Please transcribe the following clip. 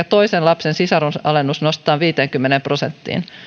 toisen lapsen sisarusalennus nostetaan viiteenkymmeneen prosenttiin